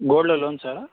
gold loan ಸ